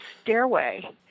stairway